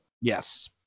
Yes